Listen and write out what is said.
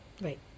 right